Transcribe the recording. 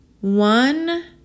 One